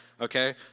okay